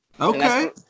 okay